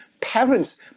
Parents